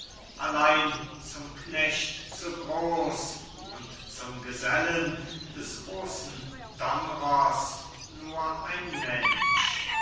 allein zum knecht zu groß und zum gesellen des großen donnrers nur ein mensch